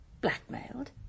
Blackmailed